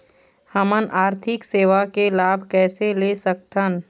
हमन आरथिक सेवा के लाभ कैसे ले सकथन?